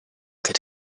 could